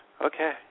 okay